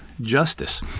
justice